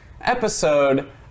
episode